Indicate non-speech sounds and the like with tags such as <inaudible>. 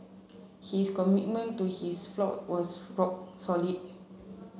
his commitment to his flock was <unintelligible> rock solid